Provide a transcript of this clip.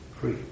free